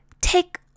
take